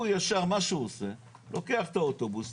הוא ישר מה שהוא עושה לוקח את האוטובוס,